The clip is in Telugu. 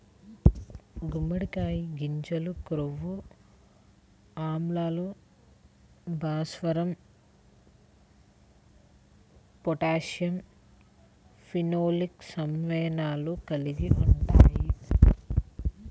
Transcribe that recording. గుమ్మడికాయ గింజలు కొవ్వు ఆమ్లాలు, భాస్వరం, పొటాషియం, ఫినోలిక్ సమ్మేళనాలు కలిగి ఉంటాయి